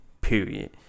period